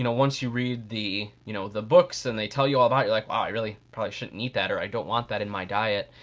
you know once you read the you know the books and they tell you all about it, you're like, wow, i really, prolly shouldn't eat that or i don't want that in my diet.